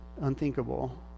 unthinkable